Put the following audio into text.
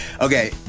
Okay